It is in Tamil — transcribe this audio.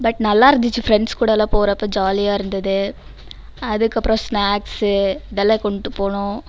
பட் நல்லா இருந்துச்சு ஃப்ரெண்ட்ஸ் கூடயெல்லாம் போகிறப்ப ஜாலியாக இருந்தது அதுக்கப்புறம் ஸ்நாக்ஸு இதெல்லாம் கொண்டுட்டு போனோம்